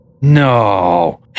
No